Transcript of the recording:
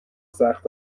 سخت